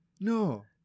No